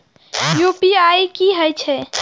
UPI की हेछे?